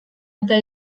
eta